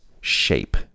shape